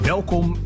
Welkom